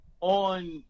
On